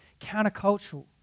countercultural